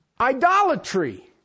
Idolatry